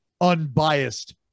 unbiased